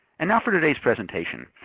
and now for today's presentation.